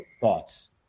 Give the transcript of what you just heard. Thoughts